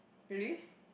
really